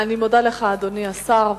אני מודה לך, אדוני השר.